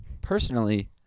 personally